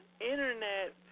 internet